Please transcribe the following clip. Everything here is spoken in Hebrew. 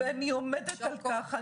אני עומדת על כך.